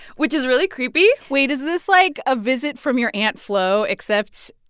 which is really creepy wait. is this like a visit from your aunt flo, except,